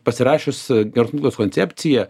pasirašius geros mklos koncepciją